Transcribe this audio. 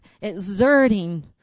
Exerting